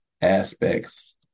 aspects